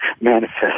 manifest